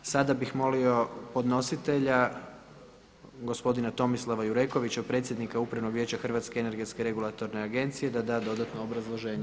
Sada bih molio podnositelja gospodina Tomislava Jurekovića predsjednika Upravnog vijeća Hrvatske energetske regulatorne agencije da da dodatno obrazloženje.